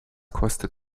kostet